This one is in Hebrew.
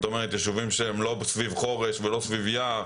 כלומר, יישובים שאינם סביב חורש ולא סביב יער.